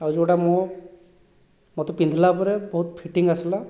ଆଉ ଯେଉଁଟା ମୁଁ ମୋତେ ପିନ୍ଧିଲା ପରେ ବହୁତ ଫିଟିଙ୍ଗ୍ ଆସିଲା